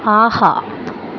ஆஹா